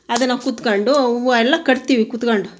ಅದನ್ನು ಕುತ್ಕೊಂಡು ಹೂವು ಎಲ್ಲ ಕಟ್ತೀವಿ ಕುತ್ಕೊಂಡು